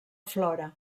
flora